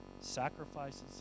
sacrifices